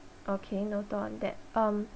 okay noted on that um